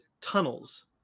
tunnels